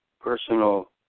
Personal